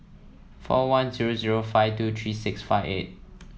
four one zero zero five two three six five eight